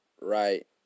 right